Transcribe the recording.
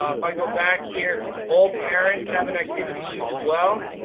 um if i go back here, all parents have an activities sheet as well.